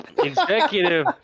Executive